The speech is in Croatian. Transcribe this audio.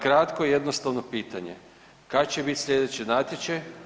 Kratko i jednostavno pitanje, kad će bit slijedeći natječaj?